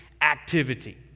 activity